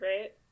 right